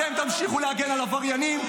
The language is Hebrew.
אתם תמשיכו להגן על עבריינים,